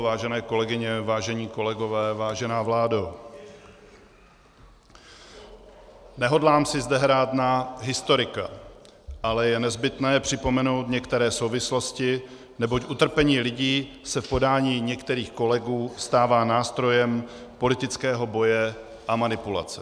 Vážené kolegyně, vážení kolegové, vážená vládo, nehodlám si zde hrát na historika, ale je nezbytné připomenout některé souvislosti, neboť utrpení lidí se v podání některých kolegů stává nástrojem politického boje a manipulace.